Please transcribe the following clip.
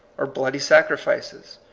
or bloody sacrifices,